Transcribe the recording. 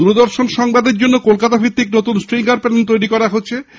দূরদর্শন সংবাদের জন্য কলকাতা ভিত্তিক নতুন স্ট্রিঙ্গার প্যানেল তৈরী করা হচ্ছে